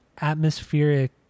atmospheric